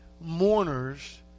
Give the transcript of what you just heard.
mourners